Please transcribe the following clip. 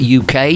uk